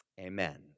Amen